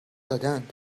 دادند